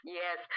yes